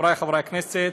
חברי חברי הכנסת,